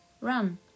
run